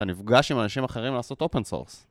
אני נפגש עם אנשים אחרים ‫לעשות אופן סורס.